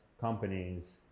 companies